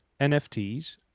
NFTs